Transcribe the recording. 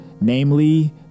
namely